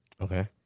okay